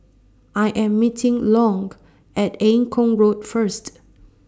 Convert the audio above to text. I Am meeting Long At Eng Kong Road First